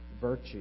virtue